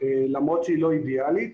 למרות שהיא לא אידיאלית.